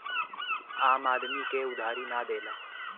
आम आदमी के उधारी ना देला